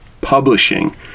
Publishing